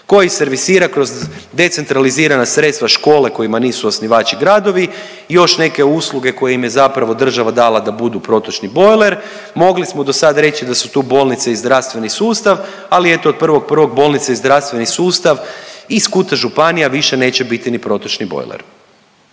koji servisira kroz decentralizirana sredstva škole kojima nisu osnivači gradovi i još neke usluge koje im je zapravo država dala da budu protočni bojler. Mogli smo do sad reći da su tu bolnice i zdravstveni sustav, ali eto od 1.1. bolnice i zdravstveni sustav iz skuta županija više neće biti ni protočni bojler.